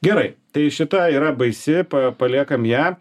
gerai tai šita yra baisi pa paliekam ją